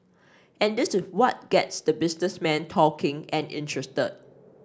and this is what gets the businessmen talking and interested